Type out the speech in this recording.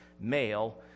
male